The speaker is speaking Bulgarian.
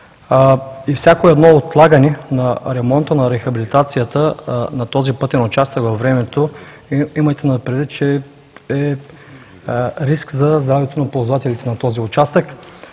и всяко едно отлагане на ремонта, на рехабилитацията на този пътен участък във времето носи риск за здравето на ползвателите на този участък.